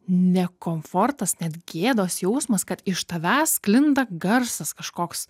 ne komfortas net gėdos jausmas kad iš tavęs sklinda garsas kažkoks